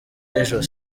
n’ijosi